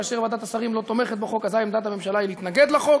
כאשר ועדת השרים לא תומכת בחוק אזי עמדת הממשלה היא להתנגד לחוק,